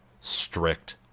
strict